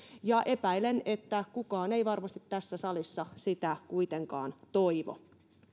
epäilen että kukaan ei varmasti tässä salissa sitä kuitenkaan toivo